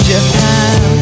Japan